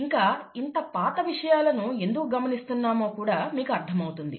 ఇంకా ఇంత పాత విషయాలను ఎందుకు గమనిస్తున్నామో కూడా మీకు అర్థం అవుతుంది